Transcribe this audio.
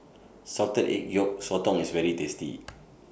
Salted Egg Yolk Sotong IS very tasty